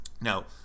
Now